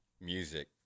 music